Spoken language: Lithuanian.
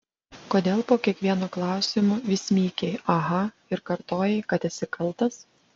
kodėl po kiekvieno klausimo vis mykei aha ir kartojai kad esi kaltas